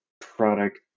product